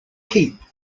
keep